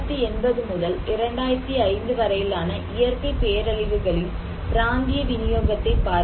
1980 முதல் 2005 வரையிலான இயற்கை பேரழிவுகளின் பிராந்திய வினியோகத்தை பாருங்கள்